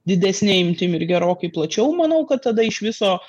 didesne imtim ir gerokai plačiau manau kad tada iš viso